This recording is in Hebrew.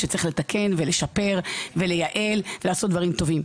שצריך לתקן ולשפר ולייעל ולעשות דברים טובים,